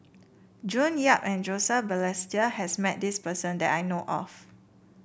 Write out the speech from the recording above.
June Yap and Joseph Balestier has met this person that I know of